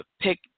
pick